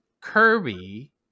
Kirby